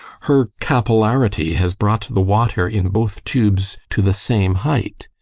her capillarity has brought the water in both tubes to the same height